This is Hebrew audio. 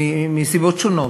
מסיבות שונות.